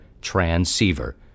transceiver